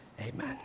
Amen